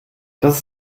das